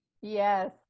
Yes